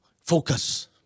Focus